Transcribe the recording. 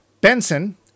Benson